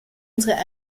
unsere